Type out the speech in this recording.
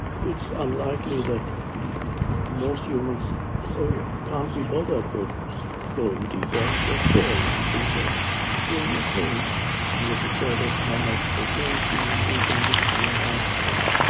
it's unlikely that, most humans can't be bothered with going deeper, what for? if these things out going okay, i'm looking forward to my next vacation, weekend is coming up and